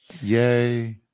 Yay